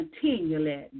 continually